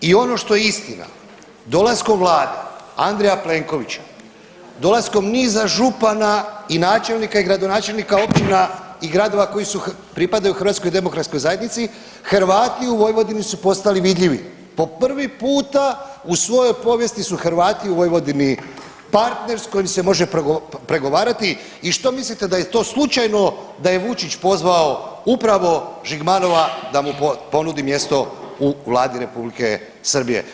I ono što je istina dolaskom vlade Andreja Plenkovića, dolaskom niza župana i načelnika i gradonačelnika općina i gradova koji pripadaju HDZ-u Hrvati u Vojvodini su postali vidljivi, po prvi puta u svojoj povijesti su Hrvati u Vojvodini partner s kojim se može pregovarati i što mislite da je to slučajno da je Vučić pozvao upravo Žigmanova da mu ponudi mjesto u vladi Republike Srbije.